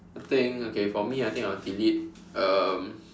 I think okay for me I think I'll delete um